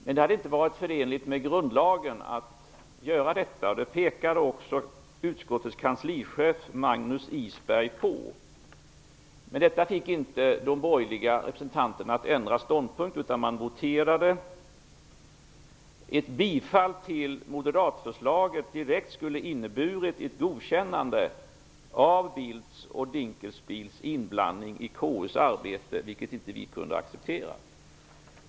Men det hade inte varit förenligt med grundlagen att göra detta, och det pekade också utskottets kanslichef Magnus Isberg på. Detta fick dock inte de borgerliga representanterna att ändra ståndpunkt, utan man begärde votering. Ett direkt bifall till det moderata förslaget skulle ha inneburit ett godkännande av Bildts och Dinkelspiels inblandning i KU:s arbete, vilket vi inte kunde acceptera.